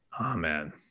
Amen